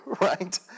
right